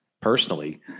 personally